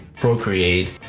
Procreate